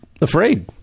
afraid